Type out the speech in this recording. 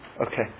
Okay